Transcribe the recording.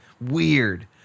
weird